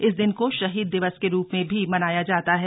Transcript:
इस दिन को शहीद दिवस के रूप में भी मनाया जाता है